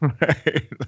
Right